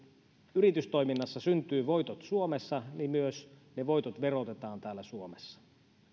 yritystoiminnassa syntyy voittoja suomessa niin myös ne voitot verotetaan täällä suomessa